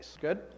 Good